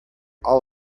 all